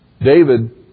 David